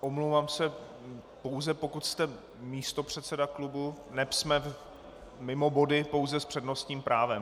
Omlouvám se, pouze pokud jste místopředseda klubu, neb jsme mimo body, pouze s přednostním právem.